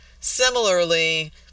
similarly